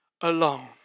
alone